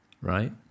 Right